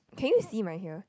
can you see my here